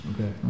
Okay